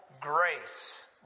grace